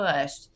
pushed